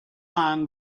man